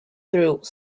through